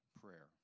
prayer